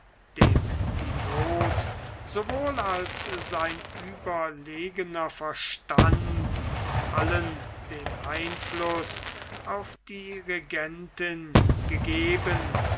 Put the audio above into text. dem die noth sowohl als sein überlegener verstand allen den einfluß auf die regentin gegeben